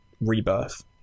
Rebirth